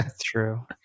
True